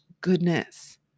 goodness